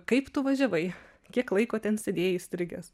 kaip tu važiavai kiek laiko ten sėdėjai įstrigęs